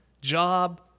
job